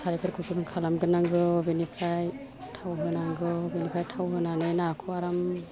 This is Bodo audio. सारायफोरखौ गुदुं खालाम गोरनांगौ बिनिफ्राय थाव होनांगौ बिनिफ्राय थाव होनानै नाखौ आराम